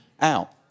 out